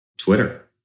Twitter